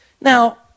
Now